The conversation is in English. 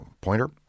pointer